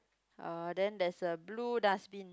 uh then there's a blue dustbin